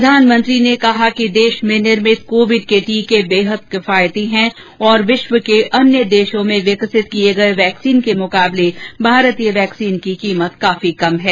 प्रधानमंत्री ने कहा कि देश में निर्भित कोविड के टीके बेहद किफायती है और विश्व के अन्य देशों में विकसित किये गये वैक्सीन के मुकाबले भारतीय वैक्सिन की कीमत काफी कम है